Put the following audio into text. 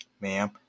ma'am